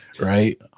Right